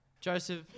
Joseph